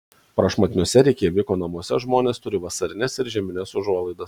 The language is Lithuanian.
prašmatniuose reikjaviko namuose žmonės turi vasarines ir žiemines užuolaidas